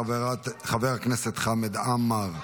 חבר הכנסת חמד עמאר,